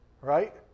Right